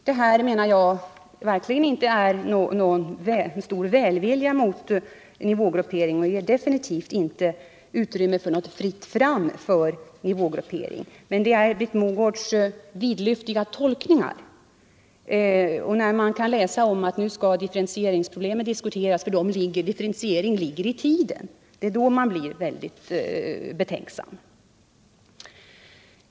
Det här är verkligen inte uttryck för någon välvilja mot nivågruppering och ger definitivt inte ”fritt fram” för nivågruppering. Men Britt Mogård gör vidlyftiga tolkningar. När man kan läsa att differentieringsproblemen nu skall diskuteras för att differentiering ligger ”i tiden”, då blir man väldigt betänksam.